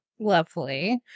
Lovely